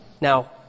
Now